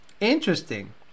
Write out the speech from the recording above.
Interesting